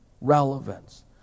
relevance